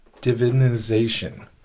divinization